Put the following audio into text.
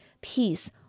peace